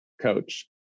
coach